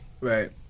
Right